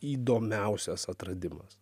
įdomiausias atradimas